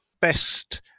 best